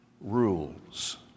rules